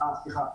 סליחה.